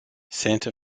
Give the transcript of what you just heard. santa